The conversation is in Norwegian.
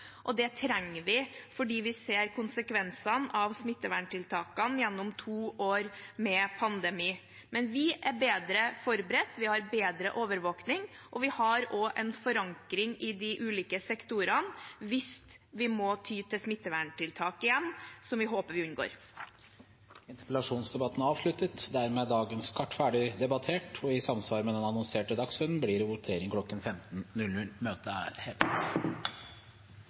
og det trenger vi, for vi ser konsekvensene av smitteverntiltakene gjennom to år med pandemi. Vi er bedre forberedt, vi har bedre overvåkning, og vi har også en forankring i de ulike sektorene hvis vi må ty til smitteverntiltak igjen, som vi håper vi unngår. Interpellasjonsdebatten er avsluttet. Dermed er dagens kart ferdig debattert, og i samsvar med den annonserte dagsordenen blir det votering klokken